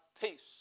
peace